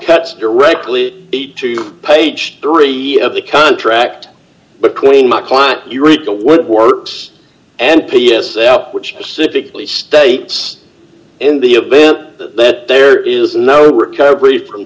cuts directly to page three of the contract between my client you read the word works and p s which specifically states in the a bit that there is no recovery from